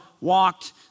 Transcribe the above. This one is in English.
walked